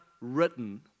written